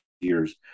years